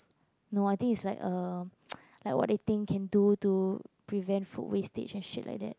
no I think it's like a like what they think can do to prevent food wastage and shit like that